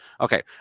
Okay